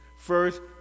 First